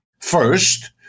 First